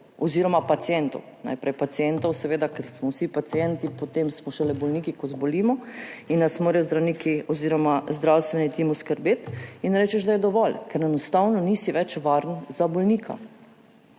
oziroma pacientov. Najprej pacientov, seveda, ker smo vsi pacienti, potem smo šele bolniki, ko zbolimo in nas morajo zdravniki oziroma zdravstveni tim oskrbeti, in rečeš, da je dovolj, ker enostavno nisi več varen za bolnika.